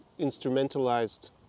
instrumentalized